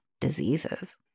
diseases